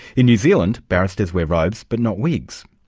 in new zealand, barristers wear robes but not wigs.